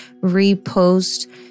Repost